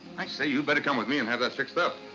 i say, you better come with me and have that fixed up. ah,